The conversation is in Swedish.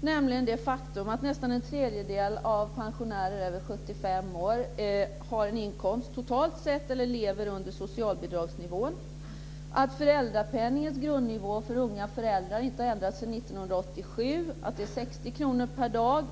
Det är ett faktum att nästan en tredjedel av pensionärerna över 75 år lever under socialbidragsnivån och att föräldrapenningens grundnivå för unga föräldrar inte har ändrats sedan 1987. Dessas ersättning är 60 kr per dag.